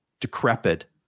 decrepit